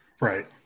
Right